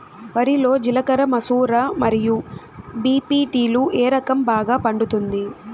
వరి లో జిలకర మసూర మరియు బీ.పీ.టీ లు ఏ రకం బాగా పండుతుంది